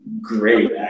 Great